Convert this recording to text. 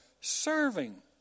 serving